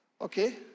Okay